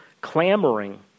clamoring